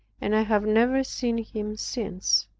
and i have never seen him since.